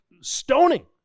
stoning